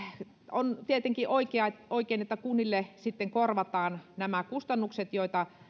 on tietenkin oikein että oikein että kunnille sitten korvataan nämä kustannukset joita